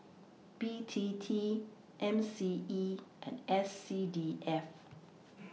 B T T M C E and S C D F